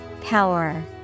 Power